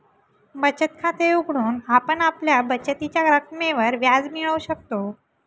बचत खाते उघडून आपण आपल्या बचतीच्या रकमेवर व्याज मिळवू शकतो